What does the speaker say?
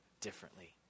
differently